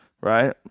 right